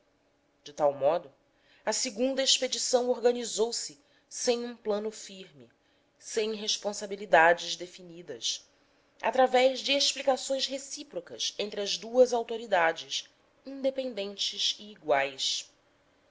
de tal modo a segunda expedição organizou se sem um plano firme sem responsabilidades definidas através de explicações recíprocas entre as duas autoridades independentes e iguais